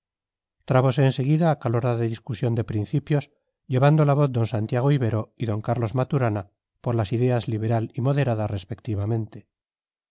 en seguida acalorada discusión de principios llevando la voz d santiago ibero y d carlos maturana por las ideas liberal y moderada respectivamente